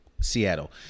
Seattle